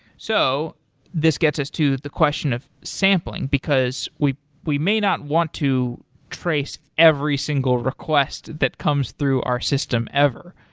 so this gets us to the question of sampling, because we we may not want to trace every single request that comes through our system ever.